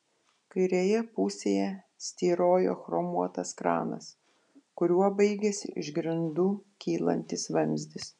kairėje pusėje styrojo chromuotas kranas kuriuo baigėsi iš grindų kylantis vamzdis